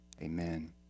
Amen